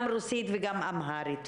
גם רוסית וגם אמהרית.